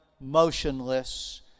motionless